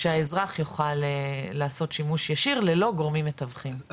שהאזרח יוכל לעשות שימוש ישיר ללא גורמים מתווכים,